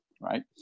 right